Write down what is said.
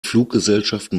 fluggesellschaften